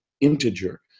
integer